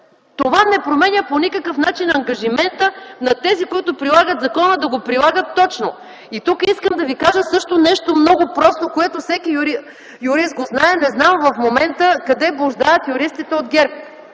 Това не променя по никакъв начин ангажимента на тези, които прилагат закона, да го прилагат точно. И тук искам да ви кажа също нещо много просто, което всеки юрист го знае – не знам в момента къде блуждаят юристите от ГЕРБ